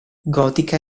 gotica